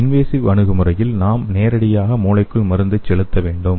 invasive அணுகுமுறையில் நாம் நேரடியாக மூளைக்குள் மருந்து செலுத்த வேண்டும்